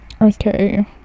okay